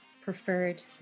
preferred